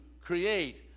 create